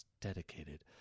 dedicated